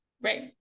Right